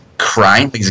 Crying